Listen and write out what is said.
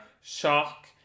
shock